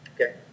Okay